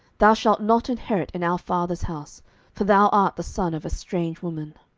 thou shalt not inherit in our father's house for thou art the son of a strange woman.